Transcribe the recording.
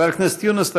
חבר הכנסת יונס,